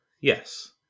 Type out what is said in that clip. Yes